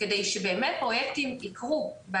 כדי שבאמת פרויקטים יקרו,